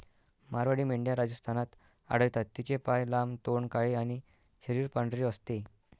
मारवाडी मेंढ्या राजस्थानात आढळतात, तिचे पाय लांब, तोंड काळे आणि शरीर पांढरे असते